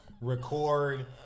Record